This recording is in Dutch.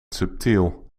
subtiel